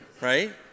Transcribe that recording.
Right